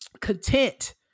content